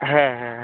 হ্যাঁ হ্যাঁ হ্যাঁ